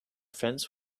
fence